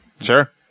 Sure